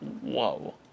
whoa